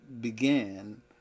began